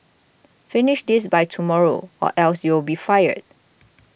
finish this by tomorrow or else you'll be fired